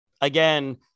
Again